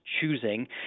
choosing